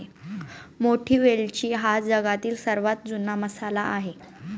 मोठी वेलची हा जगातील सर्वात जुना मसाला आहे